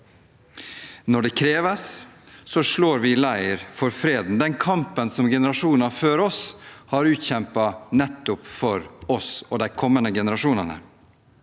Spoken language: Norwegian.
Når det kreves, slår vi leir for freden, den kampen som generasjoner før oss har utkjempet for oss og for de kommende generasjonene.